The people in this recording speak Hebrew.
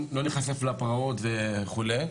נכנסים לפרעות וכו'.